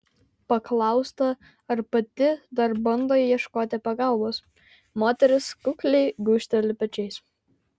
paklausta ar pati dar bando ieškoti pagalbos moteris kukliai gūžteli pečiais